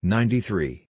Ninety-three